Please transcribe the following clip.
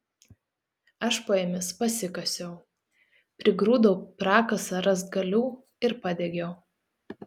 aš po jomis pasikasiau prigrūdau prakasą rąstgalių ir padegiau